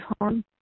harm